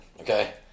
Okay